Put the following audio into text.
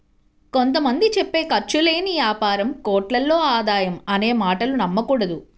కొంత మంది చెప్పే ఖర్చు లేని యాపారం కోట్లలో ఆదాయం అనే మాటలు నమ్మకూడదు